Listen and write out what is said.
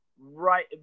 Right